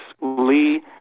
Lee